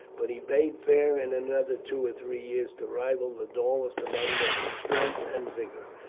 but he bade fair in another two or three years to rival the tallest among them in strength and vigour.